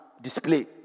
display